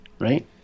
right